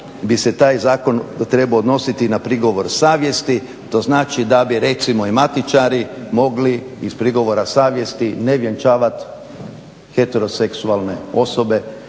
bi se taj zakon trebao odnositi na prigovor savjesti, to znači da bi recimo i matičari mogli iz prigovora savjesti ne vjenčavat heteroseksualne osobe